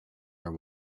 are